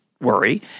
worry